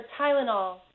Tylenol